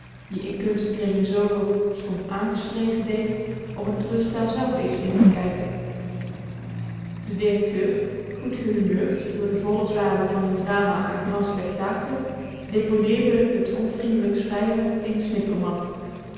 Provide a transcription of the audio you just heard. die in kunstkringen zoo hoog stond aangeschreven deed om het treurspel zèlf eens in te kijken de directeur goed gehumeurd door de volle zalen van n drama a grand spectacle deponeerde t onvrindelijk schrijven in de